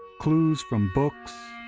clues from books,